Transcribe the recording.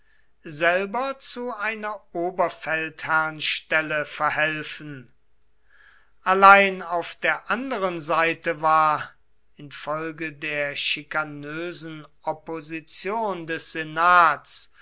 selber zu einer oberfeldherrnstelle verhelfen allein auf der anderen seite war infolge der schikanösen opposition des senats